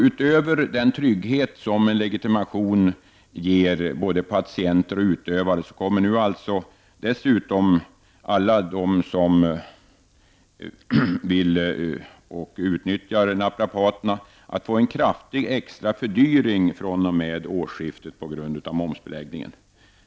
Utöver att den trygghet saknas som en legitimation ger både patienter och utövare, kommer nu dessutom alla de som vill utnyttja naprapaterna att få en kraftig extra fördyring fr.o.m. årsskiftet på grund av momsbeläggningen.